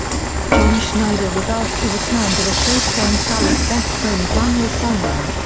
john schneider was asked to return to the show playing sully's best friend daniel simon.